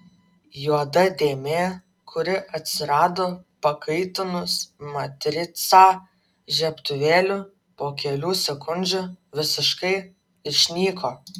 juoda dėmė kuri atsirado pakaitinus matricą žiebtuvėliu po kelių sekundžių visiškai išnyko